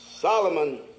Solomon